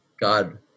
God